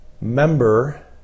member